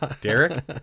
Derek